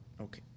Okay